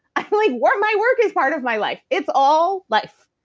i'm like, well, my work as part of my life. it's all life.